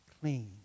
clean